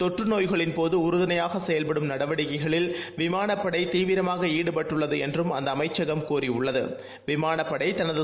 தொற்றுநோய்களின் போது உறுதுணையாக செயல்படும் நடவடிக்கைகளில் விமானப்படை தீவிரமாக ஈடுபட்டுள்ளது என்றும் அந்த அமைச்சகம் கூறியுள்ளது